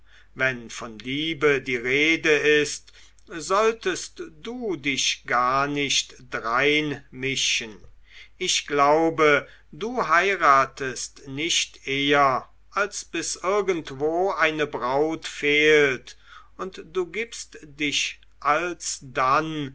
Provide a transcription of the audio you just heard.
wenn von liebe die rede ist solltest du dich gar nicht drein mischen ich glaube du heiratest nicht eher als bis irgendwo eine braut fehlt und du gibst dich alsdann